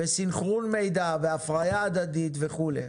סינכרון מידע, הפריה הדדית וכולי.